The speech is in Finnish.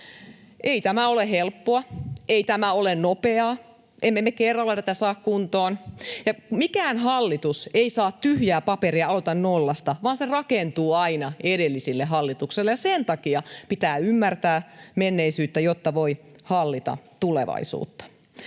Ei tämä ole helppoa, ei tämä ole nopeaa, emme me kerralla tätä saa kuntoon. Mikään hallitus ei saa tyhjää paperia, aloita nollasta, vaan se rakentuu aina edellisille hallituksille, ja sen takia pitää ymmärtää menneisyyttä, jotta voi hallita tulevaisuutta.